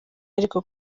ariko